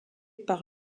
par